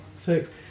Six